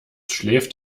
schläft